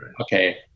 Okay